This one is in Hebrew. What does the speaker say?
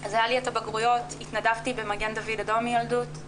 אז היה לי את הבגרויות, התנדבתי במד"א מילדות,